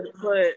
put